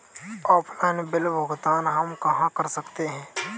Offline bill भुगतान हम कहां कर सकते हैं?